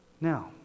Now